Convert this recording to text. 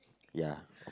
ya